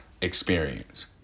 experience